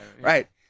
right